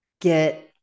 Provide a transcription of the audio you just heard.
get